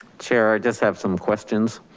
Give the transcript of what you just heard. chair, i just have some questions.